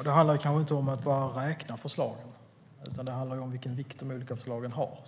Fru talman! Det handlar inte om att bara räkna förslag, utan det handlar om vilken vikt de olika förslagen har,